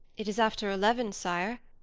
it is after eleven, sire.